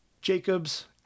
Jacobs